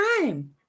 time